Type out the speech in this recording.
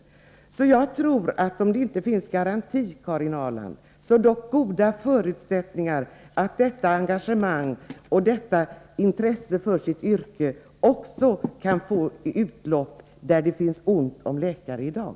Om etableringen av Så, Karin Ahrland, även om det inte finns någon garanti, bör det finnas privatläkarpraktik goda förutsättningar att detta engagemang och detta intresse för sitt yrke också kan få utlopp där det är ont om läkare i dag.